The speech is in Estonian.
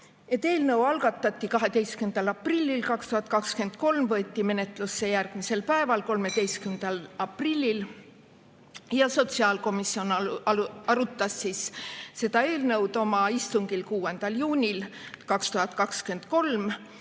Eelnõu algatati 12. aprillil 2023 ja võeti menetlusse järgmisel päeval, 13. aprillil. Sotsiaalkomisjon arutas seda eelnõu oma istungil 6. juunil 2023.